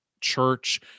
church